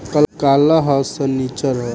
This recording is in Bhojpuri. काल्ह सनीचर ह